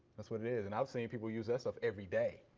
that's what it is. and i've seen people use that stuff everyday,